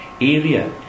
area